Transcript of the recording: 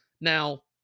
Now